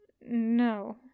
No